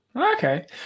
okay